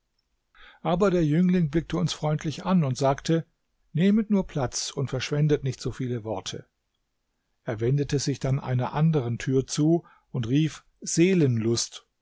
aber der jüngling blickte uns freundlich an und sagte nehmet nur platz und verschwendet nicht so viele worte er wendete sich dann einer anderen tär zu und rief seelenlust